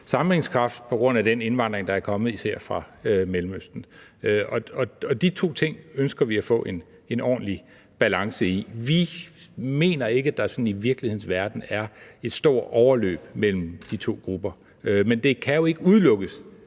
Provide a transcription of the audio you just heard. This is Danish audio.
sammenhængskraft på grund af den indvandring, der er kommet især fra Mellemøsten, og de to ting ønsker vi at få en ordentlig balance i. Vi mener ikke, at der sådan i virkelighedens verden er et stort overlap mellem de to grupper, men det kan jo ikke udelukkes,